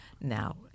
now